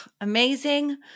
Amazing